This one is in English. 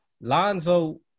Lonzo